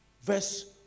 verse